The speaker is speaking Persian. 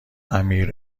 امیر